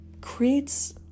creates